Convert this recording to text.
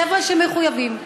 חבר'ה שמחויבים,